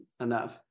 enough